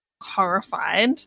horrified